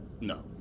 No